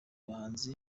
bahanzi